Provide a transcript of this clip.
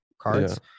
Cards